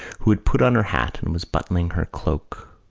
who had put on her hat and was buttoning her cloak,